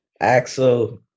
Axel